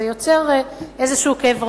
זה יוצר איזה כאב ראש,